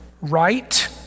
right